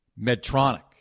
Medtronic